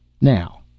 Now